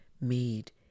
made